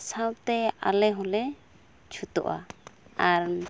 ᱥᱟᱶᱛᱮ ᱟᱞᱮ ᱦᱚᱸᱞᱮ ᱪᱷᱩᱛᱩᱜᱼᱟ ᱟᱨ